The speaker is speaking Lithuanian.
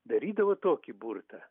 darydavo tokį burtą